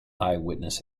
eyewitness